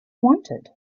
wanted